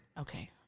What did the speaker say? Okay